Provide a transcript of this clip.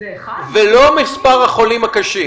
ולא מספר החולים הקשים.